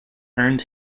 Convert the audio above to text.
earned